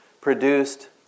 produced